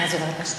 אין הצבעה.